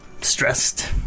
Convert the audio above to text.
stressed